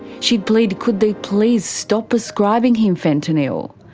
she'd plead could they please stop prescribing him fentanyl.